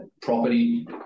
property